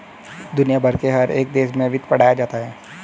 दुनिया भर के हर एक देश में वित्त पढ़ाया भी जाता है